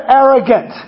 arrogant